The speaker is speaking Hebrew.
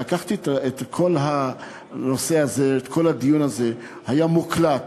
לקחתי את כל הדיון הזה, הוא הוקלט,